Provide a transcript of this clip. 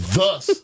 Thus